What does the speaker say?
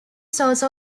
source